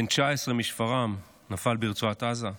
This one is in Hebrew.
בן 19 משפרעם, נפל ברצועת עזה,